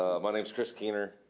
ah my name's chris keener.